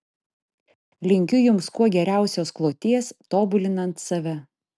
linkiu jums kuo geriausios kloties tobulinant save